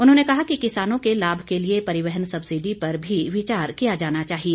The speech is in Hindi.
उन्होंने कहा कि किसानों के लाभ के लिए परिवहन सब्सीडी पर भी विचार किया जाना चाहिए